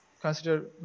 consider